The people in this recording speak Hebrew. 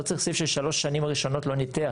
לא צריך את הסעיף של שלוש שנים הראשונות לא ניתח,